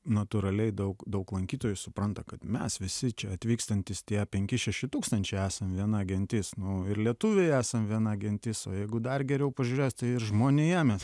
natūraliai daug daug lankytojų supranta kad mes visi čia atvykstantys tie penki šeši tūkstančiai esam viena gentis nu ir lietuviai esam viena gentis o jeigu dar geriau pažiūrėt tai ir žmonija mes